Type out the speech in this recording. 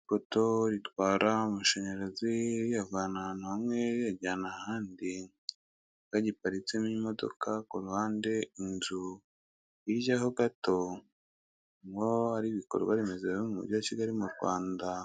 Ipoto ritwara amashanyarazi riyavana ahantu hamwe riyajyana ahandi, kagiparitsemo imodoka ku ruhande inzu hirya ho gato niho hari ibikorwa remezo mu mujyi wa kigali mu Rwanda.